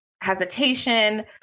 hesitation